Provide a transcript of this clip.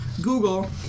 Google